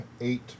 eight